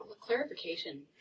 Clarification